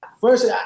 First